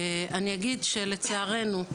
אני אגיד שלצערנו,